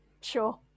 Sure